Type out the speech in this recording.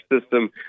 system